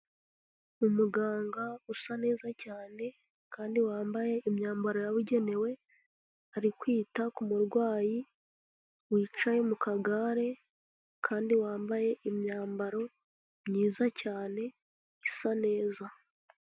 Umuganga usa neza cyane kandi wambaye imyambaro yabugenewe, ari kwita ku murwayi wicaye mu kagare kandi wambaye imyambaro myiza cyane isa neza.